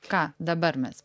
ką dabar mes